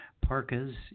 parkas